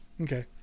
Okay